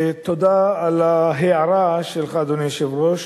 תודה על ההערה שלך, אדוני היושב-ראש.